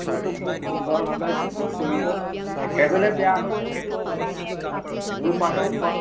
বিষয়টো খুব সুন্দৰভাৱে যুগুত কৰিব একবালে বেয়া হৈছে বুলিও ক'ব নোৱাৰে তাত বহুত মানুহ